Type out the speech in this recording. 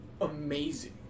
Amazing